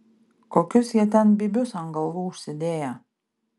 kokius jie ten bybius ant galvų užsidėję